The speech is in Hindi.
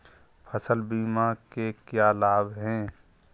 फसल बीमा के क्या लाभ हैं?